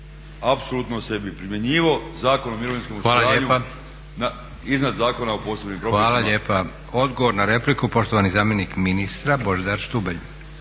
apsolutno se bi primjenjivao Zakon o mirovinskom osiguranju iznad Zakona o posebnim propisima. **Leko, Josip (SDP)** Hvala lijepa. Odgovor na repliku poštovani zamjenik ministra Božidar Štubelj.